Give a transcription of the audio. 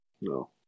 No